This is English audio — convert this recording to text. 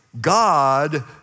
God